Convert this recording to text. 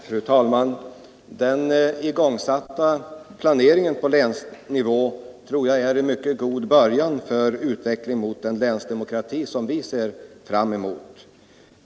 Fru talman! Den igångsatta planeringen på länsnivå tror jag är en mycket god början på en utveckling mot länsdemokrati, som vi inom centern ser fram emot.